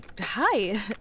hi